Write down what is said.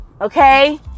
okay